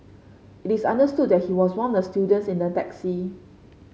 it is understood that he was one of the students in the taxi